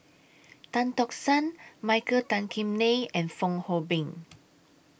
Tan Tock San Michael Tan Kim Nei and Fong Hoe Beng